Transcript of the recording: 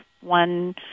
one